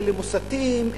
אלה מוסתים,